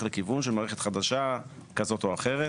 לכיוון של מערכת חדשה כזאת או אחרת.